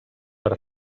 per